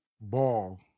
Ball